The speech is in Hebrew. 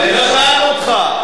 לא שאלנו אותך.